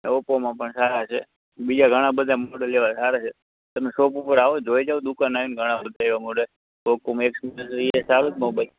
ઓપ્પોમાં પણ સારા છે બીજા ઘણા બધા મોડલ એવા સારા છે તમે શોપ ઉપર આવો જોઈ જાઓ દુકાને આવીને ઘણા બધા એવા મોડલ એ ય સારું જ મોબાઈલ છે